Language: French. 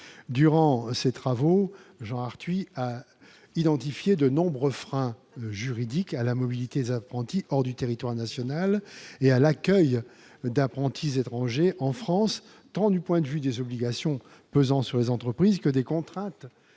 Durant ses travaux, Jean Arthuis a identifié de nombreux freins juridiques à la mobilité des apprentis hors du territoire national et à l'accueil d'apprentis étrangers en France, du point de vue tant des obligations pesant sur les entreprises que des contraintes